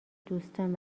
دوستان